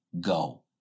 go